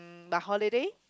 mm holiday